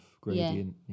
gradient